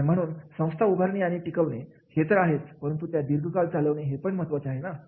तर म्हणून संस्था उभारणी आणि टिकवणे हे तर आहेच परंतु त्या दीर्घकाळ चालवणे हे पण महत्वाचे आहे ना